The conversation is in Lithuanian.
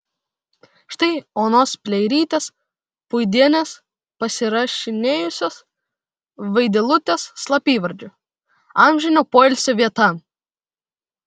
štai onos pleirytės puidienės pasirašinėjusios vaidilutės slapyvardžiu amžino poilsio vieta